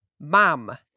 MOM